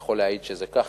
יכול להעיד שזה כך,